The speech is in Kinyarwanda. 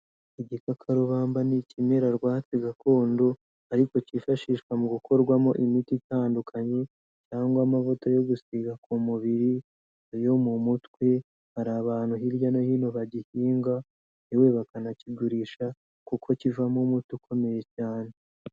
Igikakarubamba ni ikimera rwatsi gakondo ariko cyifashishwa mu gukorwamo imiti itandukanye cyangwa amavuta yo gusiga ku mubiri, ayo mu mutwe. Hari abantu hirya no hino bagihinga yewe bakanakigurisha kuko kivamo umuti ukomeye cyane.